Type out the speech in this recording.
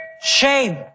Shame